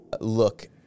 look